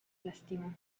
lástima